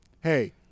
Hey